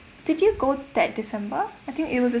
did you go that december I think it was the